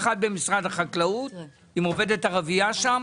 אחד במשרד החקלאות עם עובדת ערבייה שם